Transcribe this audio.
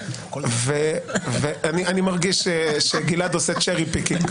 אני מרגיש שגלעד עושה cherry picking.